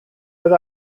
oedd